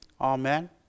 amen